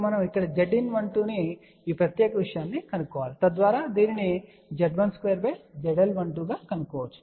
ఇప్పుడు మనం ఇక్కడ Zin12 ఈ ప్రత్యేక విషయాన్ని కనుగొనాలి తద్వారా దీనిని Z12ZL12 గా కనుగొనవచ్చు